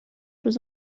روز